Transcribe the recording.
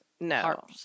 No